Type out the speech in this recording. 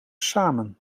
samen